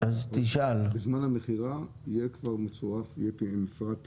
בזמן המכירה יהיה מפרט אנרגטי?